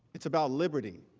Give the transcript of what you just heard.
it's about liberty.